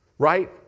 right